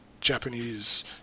Japanese